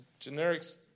generics